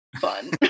fun